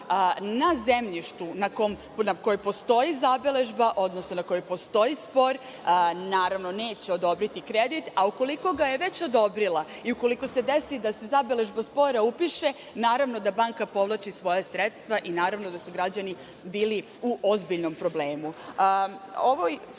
na zemljištu na kojem postoji zabeležba, odnosno na kojem postoji spor, naravno neće odobriti. A ukoliko ga je već odobrila i ukoliko se desi da se zabeležba spora upiše, naravno da banka povlači svoja sredstva i naravno da su građani bili u ozbiljnom problemu. Ovoj